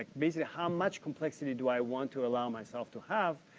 basically, how much complexity do i want to allow myself to have?